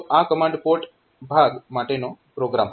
તો આ command port ભાગ માટેનો પ્રોગ્રામ હતો